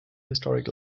historic